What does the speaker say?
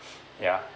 ya